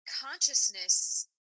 Consciousness